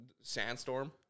Sandstorm